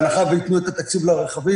בהנחה ויתנו את התקציב לרכבים.